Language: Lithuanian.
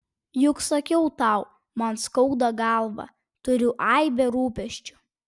juk sakiau tau man skauda galvą turiu aibę rūpesčių